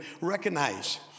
recognize